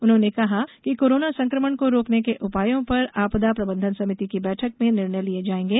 उन्होंने कहा कि कोरोना संक्रमण को रोकने के उपायों पर आपदा प्रबंधन समिति की बैठक में निर्णय लिये जायेंगे